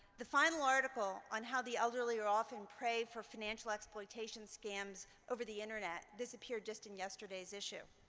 the final article on how the elderly are often prayed for financial exploitation scams over the internet disappeared just in yesterday's issue.